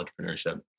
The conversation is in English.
entrepreneurship